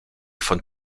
von